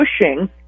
pushing